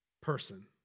person